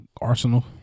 Arsenal